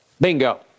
Bingo